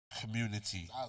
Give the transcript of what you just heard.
community